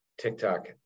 TikTok